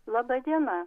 laba diena